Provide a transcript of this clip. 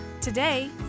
Today